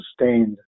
sustained